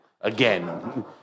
Again